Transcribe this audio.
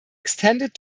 extended